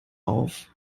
auf